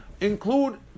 include